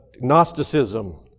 Gnosticism